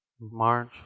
March